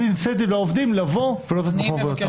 לתת אינסנטיב לעובדים לבוא לעבוד.